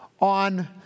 on